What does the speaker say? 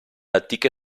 antiche